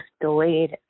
delayed